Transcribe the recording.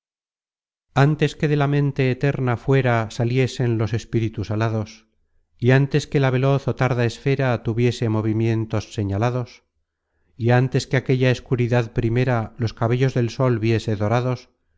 antes que de la mente eterna fuera saliesen los espíritus alados y ántes que la veloz ó tarda esfera content from google book search generated at tuviese movimientos señalados y ántes que aquella escuridad primera los cabellos del sol viese dorados